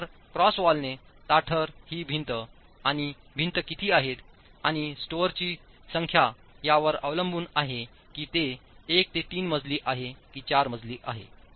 तर क्रॉस वॉलने ताठर होणारी भिंत आणि भिंत किती आहेत आणि स्टोअरची संख्या यावर अवलंबून आहे की ते 1 ते 3 मजली आहे की 4 मजली आहे